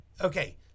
okay